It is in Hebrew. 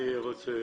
אני רוצה